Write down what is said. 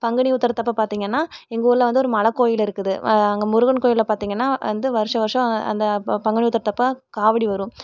பங்குனி உத்தரத்தப்போ பார்த்திங்கனா எங்கள் ஊரில் வந்து ஒரு மலை கோயில் இருக்குது அங்கே முருகன் கோயில்ல பார்த்திங்கனா வந்து வருஷ வருஷம் அந்த பங்குனி உத்தரத்தப்போ காவடி வரும்